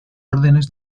órdenes